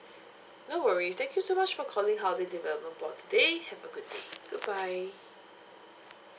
no worries thank you so much for calling housing development board today hava a good day goodbye